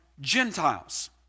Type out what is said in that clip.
Gentiles